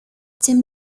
тем